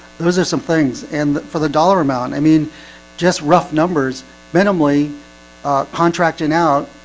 those are some things and for the dollar amount, i mean just rough numbers minimally contracting out